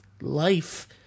life